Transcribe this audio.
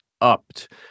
upped